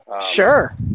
Sure